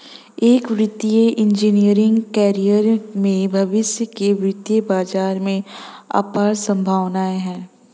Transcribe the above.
एक वित्तीय engineering career में भविष्य के वित्तीय बाजार में अपार संभावनाएं हैं